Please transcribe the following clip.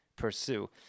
pursue